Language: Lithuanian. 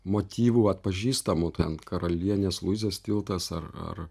motyvų atpažįstamų ten karalienės luizos tiltas ar ar